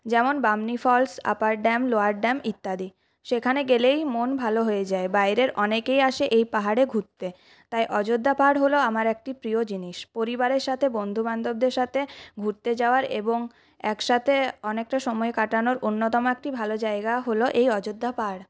যেমন Bamni falls upper dam lower dam ইত্যাদি সেখানে গেলেই মন ভালো হয়ে যায় বাইরের অনেকেই আসে এই পাহাড়ে ঘুরতে তাই অযোধ্যা পাহাড় হল আমার একটি প্রিয় জিনিস পরিবারের সাথে বন্ধুবান্ধবদের সাথে ঘুরতে যাওয়ার এবং একসাথে অনেকটা সময় কাটানোর অন্যতম একটি ভালো জায়গা হল এই অযোধ্যা পাহাড়